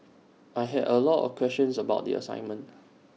I had A lot of questions about the assignment